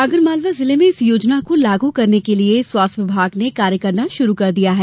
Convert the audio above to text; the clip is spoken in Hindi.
आगरमालवा जिले में इस योजना को लागू करने के लिये स्वास्थ्य विभाग ने कार्य करना शुरू कर दिया है